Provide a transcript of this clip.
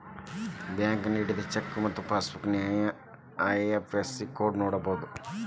bank ನೇಡಿದ cheque ಮತ್ತ passbook ನ್ಯಾಯ ಐ.ಎಫ್.ಎಸ್.ಸಿ ಕೋಡ್ನ ನೋಡಬೋದು